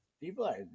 People